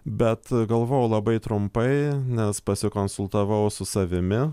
bet galvojau labai trumpai nes pasikonsultavau su savimi